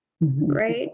right